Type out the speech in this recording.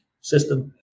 system